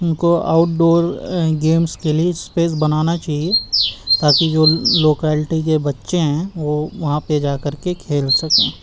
ان کو outdoor games کے لیے اسپیس بنانا چاہیے تا کہ جو لوکیلٹی کے بچے ہیں وہ وہاں پہ جا کر کے کھیل سکیں